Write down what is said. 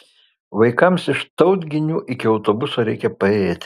vaikams iš tautginių iki autobuso reikia paėjėti